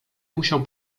musiał